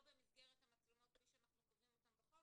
במסגרת המצלמות כפי שאנחנו קובעים אותן בחוק,